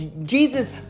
Jesus